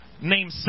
named